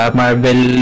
marvel